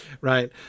Right